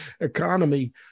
economy